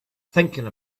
thinking